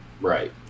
Right